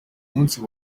munsi